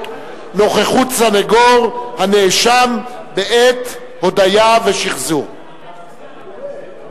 (נוכחות סניגור הנאשם בעת הודיה ושחזור).